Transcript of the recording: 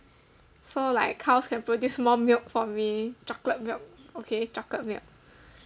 so like cows can produce more milk for me chocolate milk okay chocolate milk